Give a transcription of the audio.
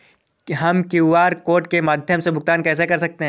हम QR code के माध्यम से भुगतान कैसे कर सकते हैं?